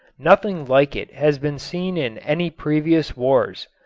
nothing like it has been seen in any previous wars.